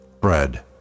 bread